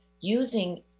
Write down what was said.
using